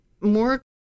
more